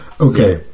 Okay